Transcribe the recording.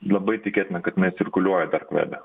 labai tikėtina kad inai cirkuliuoja dark vebe